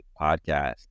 podcast